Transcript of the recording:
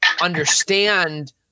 understand